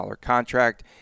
contract